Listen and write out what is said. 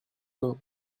monde